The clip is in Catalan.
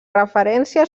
referència